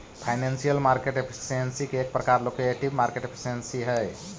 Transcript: financial market efficiency के एक प्रकार एलोकेटिव मार्केट एफिशिएंसी हई